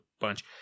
bunch